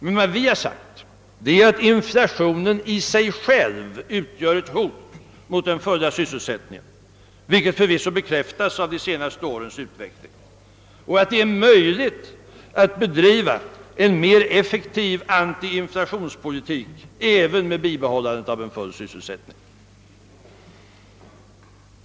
Men vad vi har sagt är att inflationen i sig själv utgör ett hot mot den fulla sysselsättningen — vilket förvisso bekräftas av de senaste årens utveckling — och att det är möjligt att bedriva en mer effektiv an tiinflationspolitik även med bibehållande av en full sysselsättning.